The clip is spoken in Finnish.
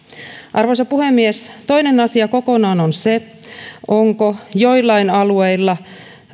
arvoisa puhemies toinen asia kokonaan on se onko joillain alueilla